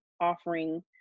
offering